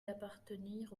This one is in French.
d’appartenir